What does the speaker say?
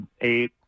eight